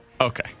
Okay